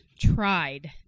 tried